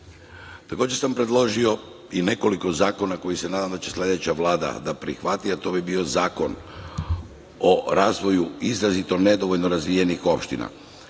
sam predložio i nekoliko zakona, koje se nadam da će sledeća Vlada da prihvati, a to bi bio zakon o razvoju izrazito nedovoljno razvijenih opština.